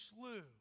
slew